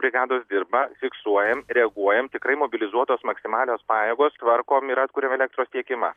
brigados dirba fiksuojam reaguojam tikrai mobilizuotos maksimalios pajėgos tvarkom ir atkuriame elektros tiekimą